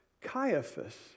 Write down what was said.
Caiaphas